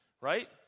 right